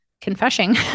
confessing